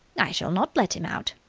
i shall not let him out,